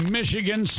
Michigan